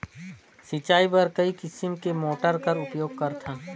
सिंचाई बर कई किसम के मोटर कर उपयोग करथन?